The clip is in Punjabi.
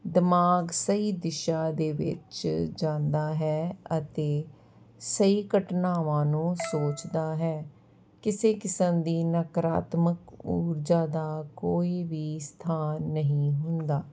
ਦਿਮਾਗ ਸਹੀ ਦਿਸ਼ਾ ਦੇ ਵਿੱਚ ਜਾਂਦਾ ਹੈ ਅਤੇ ਸਹੀ ਘਟਨਾਵਾਂ ਨੂੰ ਸੋਚਦਾ ਹੈ ਕਿਸੇ ਕਿਸਮ ਦੀ ਨਕਰਾਤਮਕ ਊਰਜਾ ਦਾ ਕੋਈ ਵੀ ਸਥਾਨ ਨਹੀਂ ਹੁੰਦਾ